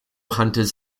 hunters